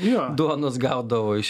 jo duonos gaudavo iš